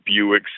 buicks